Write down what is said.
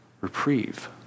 reprieve